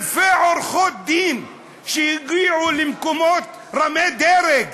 אלפי עורכות-דין שהגיעו למקומות רמי-דרג